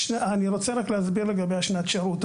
אני רוצה להסביר לגבי שנת השירות.